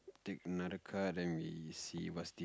take another card then we see what's the